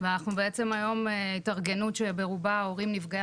ואנחנו בעצם היום התארגנות שברובה היא הורים נפגעי